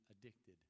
addicted